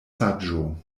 saĝo